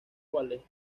cuales